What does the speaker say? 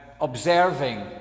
observing